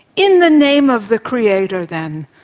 in the name of the creator then,